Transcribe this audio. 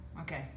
Okay